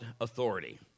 authority